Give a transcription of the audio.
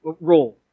role